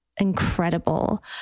incredible